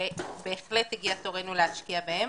ובהחלט הגיע תורנו להשקיע בהם,